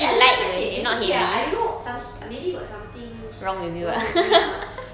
and then okay basically ah I don't know som~ maybe got something wrong with me ah